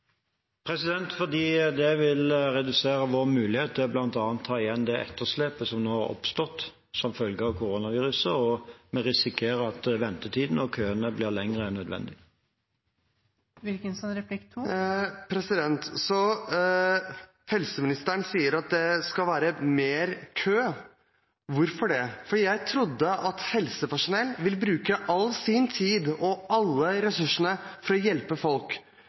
er fordi det vil redusere vår mulighet til bl.a. å ta igjen det etterslepet som nå har oppstått som følge av koronaviruset, og vi risikerer at ventetidene og køene blir lengre enn nødvendig. Så helseministeren sier at det skal være mer kø? Hvorfor det? Jeg trodde at helsepersonell ville bruke all sin tid og alle ressursene til å hjelpe folk.